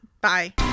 bye